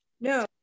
No